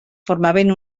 formaven